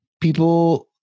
people